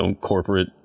corporate